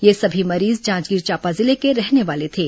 ये सभी मरीज जांजगीर चांपा जिले के रहने वाले थे